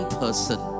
person